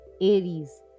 Aries